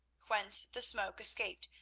whence the smoke escaped,